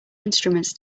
instruments